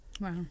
Wow